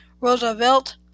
Roosevelt